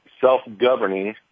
self-governing